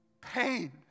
pain